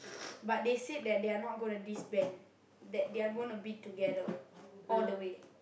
but they said that they're not gona disband that they're gona be together all the way